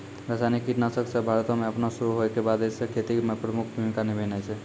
रसायनिक कीटनाशक सभ भारतो मे अपनो शुरू होय के बादे से खेती मे प्रमुख भूमिका निभैने छै